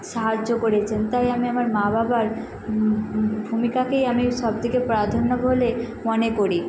সাহায্য করেছেন তাই আমি আমার মা বাবার ভূমিকাকেই আমি সবথেকে প্রাধান্য বলে মনে করি